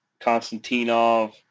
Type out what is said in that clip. Konstantinov